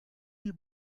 die